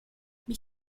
mais